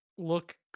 Look